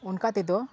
ᱚᱱᱠᱟ ᱛᱮᱫᱚ